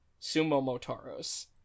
Sumo-Motaros